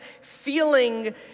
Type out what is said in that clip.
feeling